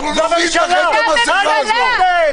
--- אנחנו נוריד את המסכה הזאת.